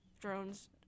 drones